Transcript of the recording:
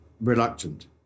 reluctant